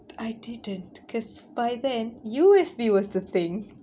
I didn't cause by then U_S_B was the thing